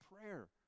prayer